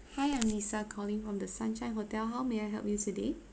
hi I'm lisa calling from the sunshine hotel how may I help you today